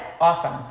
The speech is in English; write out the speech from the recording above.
awesome